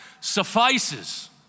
suffices